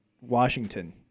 Washington